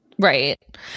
Right